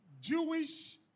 Jewish